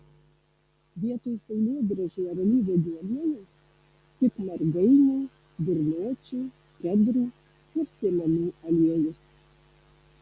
vietoj saulėgrąžų ir alyvuogių aliejaus tik margainių burnočių kedrų ir sėmenų aliejus